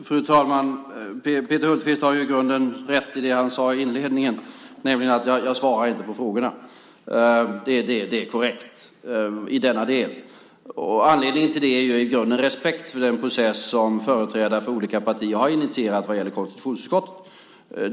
Fru talman! Peter Hultqvist har i grunden rätt i det han sade inledningsvis, nämligen att jag inte svarar på frågorna. Det är korrekt i denna del. Anledningen till det är i grunden respekt för den process som företrädare för olika partier har initierat vad gäller konstitutionsutskottet.